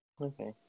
Okay